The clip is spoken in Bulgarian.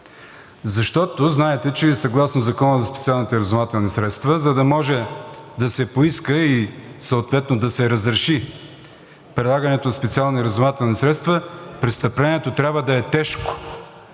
Знаете, че съгласно Закона за специалните разузнавателни средства, за да може да се поиска и съответно да се разреши, прилагането на специални разузнавателни средства, престъплението трябва да е тежко,